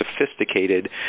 sophisticated